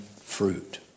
fruit